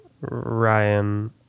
Ryan